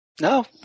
no